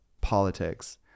politics